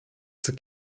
zur